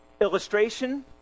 Illustration